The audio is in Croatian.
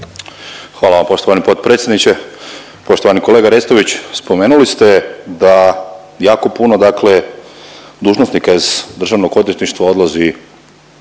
Hvala vam poštovani potpredsjedniče. Poštovani kolega Restović spomenuli ste da jako puno dakle dužnosnika iz državnog odvjetništva odlazi na